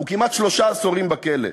הוא כמעט שלושה עשורים בכלא.